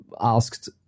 asked